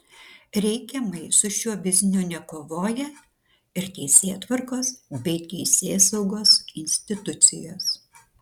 reikiamai su šiuo bizniu nekovoja ir teisėtvarkos bei teisėsaugos institucijos